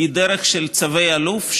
היא דרך של צווי אלוף,